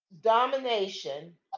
domination